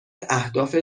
اهداف